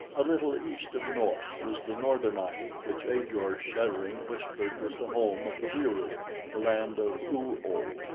a little east of north was the northern island, which ajor, shuddering, whispered was the home of the wieroo the land of oo-oh.